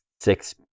six